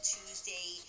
Tuesday